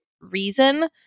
reason